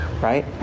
Right